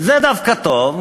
זה דווקא טוב,